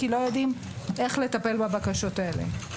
כי לא יודעים איך לטפל בבקשות האלה.